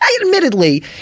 Admittedly